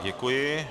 Děkuji.